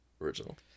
original